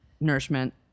Nourishment